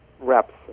reps